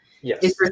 yes